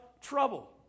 trouble